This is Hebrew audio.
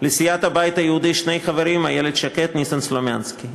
לסיעת הבית היהודי שני חברים: איילת שקד וניסן סלומינסקי,